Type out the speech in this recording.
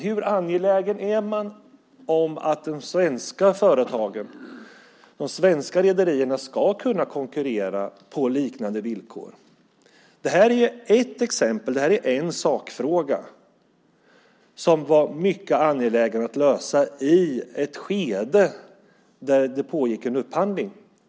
Hur angelägen är man om att de svenska företagen, de svenska rederierna, ska kunna konkurrera på liknande villkor? Det här är ett exempel, en sakfråga, som det var mycket angeläget att lösa i ett skede där det pågick en upphandling.